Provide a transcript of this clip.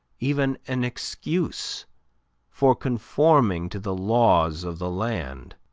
even an excuse for conforming to the laws of the land.